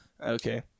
Okay